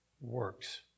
works